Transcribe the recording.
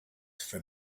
from